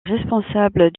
responsable